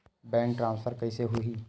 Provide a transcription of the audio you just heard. Bank transfer कइसे होही?